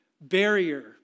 barrier